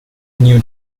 new